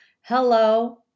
Hello